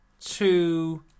two